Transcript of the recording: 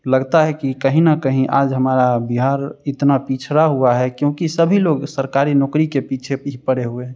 लगता है कि कहीं न कहीं आज हमारा बिहार इतना पिछड़ा हुआ है क्योंकि सभी लोग सरकारी नौकरी के पीछे पी पड़े हुए हैं